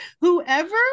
whoever